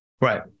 Right